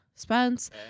Spence